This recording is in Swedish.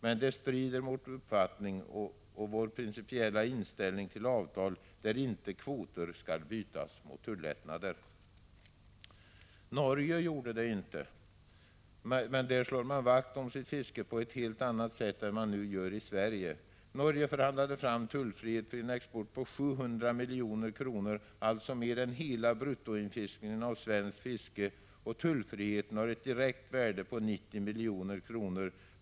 Men det hela strider mot vår uppfattning och vår principiella inställning till avtal där inte kvoter skall bytas mot tullättnader. Norge gjorde inte på detta sätt, men där slår man vakt om fisket på ett helt annat sätt än man nu gör i Sverige. Norge förhandlade fram tullfrihet för en export på 700 milj.kr. — alltså mer än hela bruttoinfiskningen av svenskt fiske — och tullfriheten har ett direktvärde på 90 milj.kr.